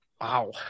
Wow